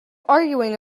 arguing